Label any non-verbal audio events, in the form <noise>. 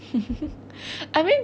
<laughs> I mean